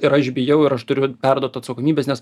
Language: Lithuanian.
ir aš bijau ir aš turiu perduot atsakomybes nes